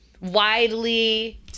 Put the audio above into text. widely